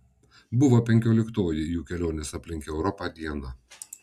buvo penkioliktoji jų kelionės aplink europą diena